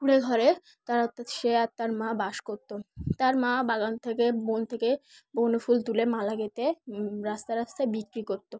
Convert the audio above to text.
কুঁড়ে ঘরে তার অর্থাৎ সে আর তার মা বাস করতো তার মা বাগান থেকে বন থেকে বনফুল তুলে মালা গেতে রাস্তায় রাস্তায় বিক্রি করতো